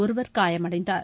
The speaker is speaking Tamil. ஒருவர் காயமடைந்தார்